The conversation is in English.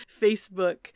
Facebook